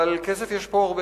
אבל כסף יש פה הרבה.